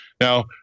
Now